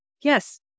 Yes